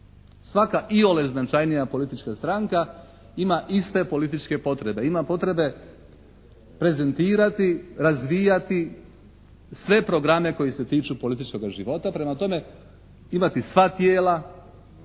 Svaka iole značajnija politička stranka ima iste političke potrebe, ima potrebe prezentirati, razvijati sve programe koji se tiču političkoga života, prema tome imati sva tijela,